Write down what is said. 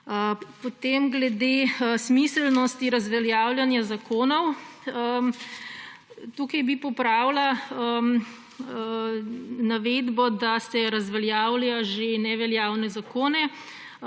Potem glede smiselnosti razveljavljanja zakonov. Tukaj bi popravila navedbo, da se razveljavljajo že neveljavni zakoni.